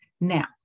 Now